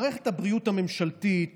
מערכת הבריאות הממשלתית